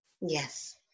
Yes